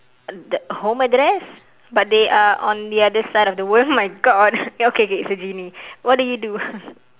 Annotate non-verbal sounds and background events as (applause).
uh the home address but they are on the other side of the world (laughs) oh my god (laughs) K K it's a genie what do you do (laughs)